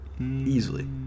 Easily